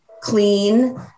clean